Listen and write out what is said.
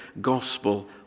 gospel